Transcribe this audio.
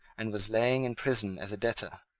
and was lying in prison as a debtor,